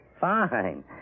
Fine